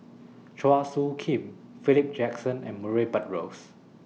Chua Soo Khim Philip Jackson and Murray Buttrose